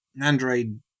android